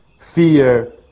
fear